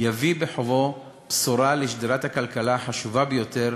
יביא עמו בשורה לשדרת הכלכלה החשובה ביותר